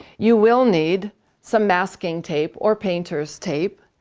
you will need some masking tape or painter's tape.